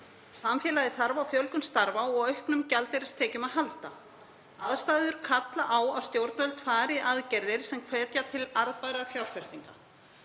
Samfélagið þarf á fjölgun starfa og auknum gjaldeyristekjum að halda. Aðstæður kalla á að stjórnvöld fari í aðgerðir sem hvetja til arðbærra fjárfestinga.